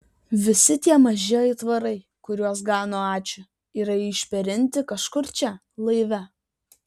visi tie maži aitvarai kuriuos gano ačiū yra išperinti kažkur čia laive